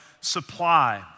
supply